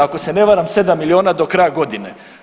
Ako se ne varam 7 milijuna do kraja godine.